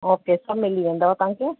okay सभु मिली वेंदव तव्हांखे